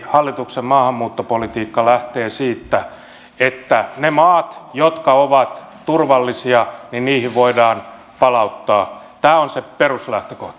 hallituksen maahanmuuttopolitiikka lähtee siitä että niihin maihin jotka ovat turvallisia voidaan palauttaa tämä on se peruslähtökohta